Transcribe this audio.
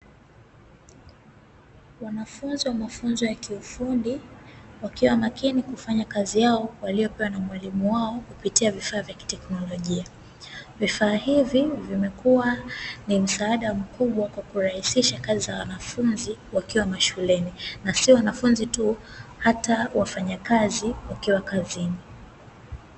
Wanafunzi wa mafunzo ya kiufundi, wakiwa makini kufanya kazi yao waliyopewa na mwalimu wao kupitia vifaa vya kiteknolojia. Vifaa hivi vimekuwa ni msaada mkubwa kwa kurahisisha kazi za wanafunzi wakiwa mashuleni. Si wanafunzi tu, hata wafanyakazi wakiwa kazini.